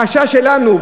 החשש שלנו,